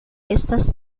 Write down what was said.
estas